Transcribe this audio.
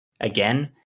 again